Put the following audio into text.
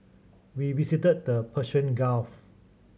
we visited the Persian Gulf